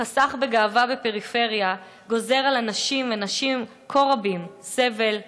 החסך בגאווה בפריפריה גוזר על אנשים ונשים כה רבים סבל,